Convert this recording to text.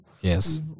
yes